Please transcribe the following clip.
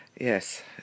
yes